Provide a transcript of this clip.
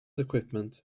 equipment